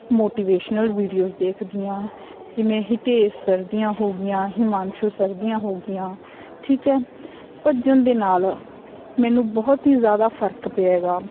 motivational videos ਦੇਖਦੀ ਹਾਂ ਜਿਵੇਂ ਹਿਤੇਸ਼ ਸਰ ਦੀਆਂ ਹੋ ਗਈਆਂ ਹਿਮਾਂਸ਼ੂ ਸਰ ਦੀਆਂ ਹੋ ਗਈਆਂ ਠੀਕ ਹੈ ਭੱਜਣ ਦੇ ਨਾਲ ਮੈਨੂੰ ਬਹੁਤ ਹੀ ਜ਼ਿਆਦਾ ਫਰਕ ਪਿਆ ਗਾ